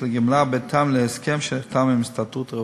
לגמלה בהתאם להסכם שנחתם עם ההסתדרות הרפואית.